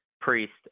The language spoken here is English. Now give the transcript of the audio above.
priest